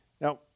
Now